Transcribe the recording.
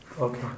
Okay